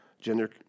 gender